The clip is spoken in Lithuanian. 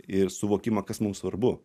ir suvokimą kas mums svarbu